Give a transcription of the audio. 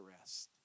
rest